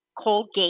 Colgate